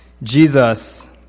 Jesus